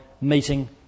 meeting